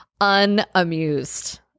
unamused